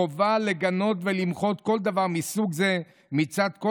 חובה לגנות ולמחות על כל דבר מסוג זה מצד כל